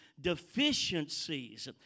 deficiencies